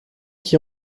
qui